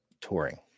touring